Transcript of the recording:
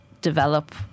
develop